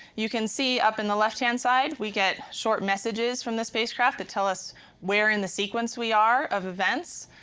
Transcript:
you can see, up in the left hand side, we get short messages from the spacecraft that tell us where in the sequence we are, of events,